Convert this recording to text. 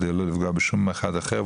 כדי לא לפגוע באף אחד אחר,